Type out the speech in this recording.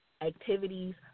activities